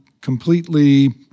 completely